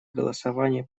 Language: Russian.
голосовании